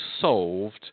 solved